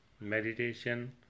Meditation